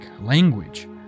language